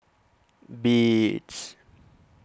Beats